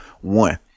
one